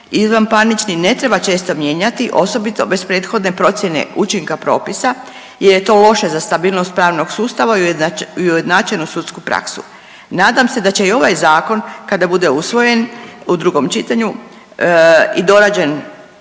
izvanparnični ne treba često mijenjati osobito bez prethodne procjene učinka propisa jer je to loše za stabilnost pravnog sustava i ujednačenu sudsku praksu. Nadam se da će i ovaj zakon kada bude usvojen u drugom čitanju i dorađen